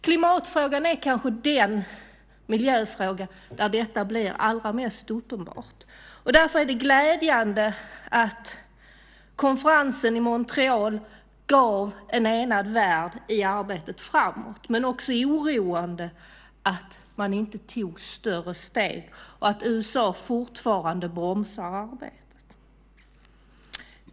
Klimatfrågan är kanske den miljöfråga där detta blir allra mest uppenbart. Därför är det glädjande att konferensen i Montreal gav en enad värld i arbetet framåt. Men det är också oroande att man inte tog större steg och att USA fortfarande bromsar arbetet.